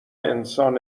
انسان